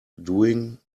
doing